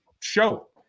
show